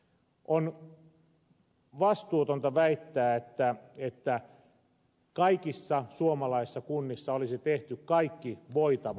on vastuutonta väittää että kaikissa suomalaisissa kunnissa olisi tehty kaikki voitava